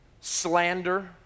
slander